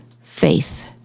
faith